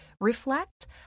reflect